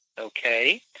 Okay